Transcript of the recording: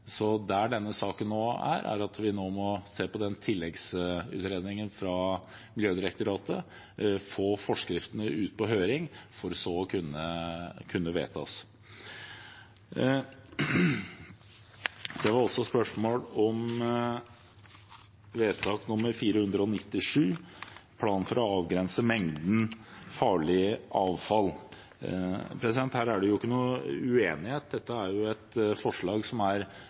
Så der er denne saken nå – vi må se på tilleggsutredningen fra Miljødirektoratet, få forskriftene ut på høring, for så å kunne vedta dem. Det var også spørsmål om vedtak 497, plan for å avgrense mengden farlig avfall. Her er det ikke noen uenighet. Dette er et vedtak som er ordrett likt et